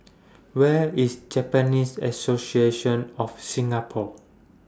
Where IS Japanese Association of Singapore